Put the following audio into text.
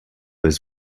his